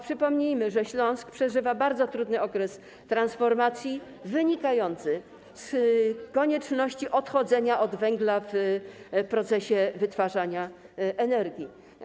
Przypomnijmy, że Śląsk przeżywa bardzo trudny okres transformacji, wynikający z konieczności odchodzenia od węgla w procesie wytwarzania energii.